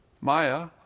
Maya